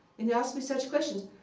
and he asks me such questions.